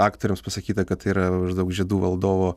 aktoriams pasakyta kad tai yra maždaug žiedų valdovo